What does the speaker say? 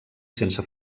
sense